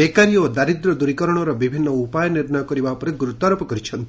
ବେକାରୀ ଓ ଦାରିଦ୍ର୍ୟ ଦୂରୀକରଣର ବିଭିନ୍ନ ଉପାୟ ନିର୍ଷ୍ଣୟ କରିବା ଉପରେ ଗୁରୁତ୍ୱାରୋପ କରିଛନ୍ତି